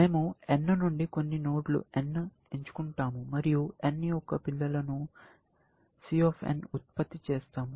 మేము N నుండి కొన్ని n నోడ్లను ఎంచుకుంటాము మరియు n యొక్క పిల్లలను C" ఉత్పత్తి చేస్తాము